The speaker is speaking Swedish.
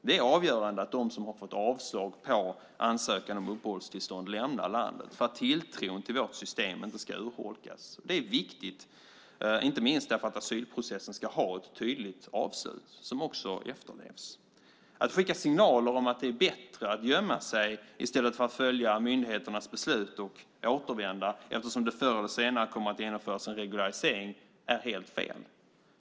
Det är avgörande att de som har fått avslag på ansökan om uppehållstillstånd lämnar landet för att tilltron till vårt system inte ska urholkas. Det är viktigt, inte minst därför att asylprocessen ska ha ett tydligt avslut som också efterlevs. Att skicka signaler om att det är bättre att gömma sig i stället för att följa myndigheternas beslut och återvända, eftersom det förr eller senare kommer att genomföras en regularisering, är helt fel.